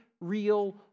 real